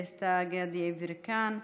דסטה גדי יברקן,